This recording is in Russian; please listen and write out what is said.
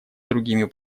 другими